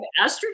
estrogen